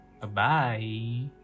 Bye-bye